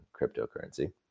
cryptocurrency